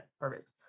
perfect